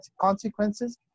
consequences